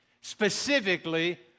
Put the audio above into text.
specifically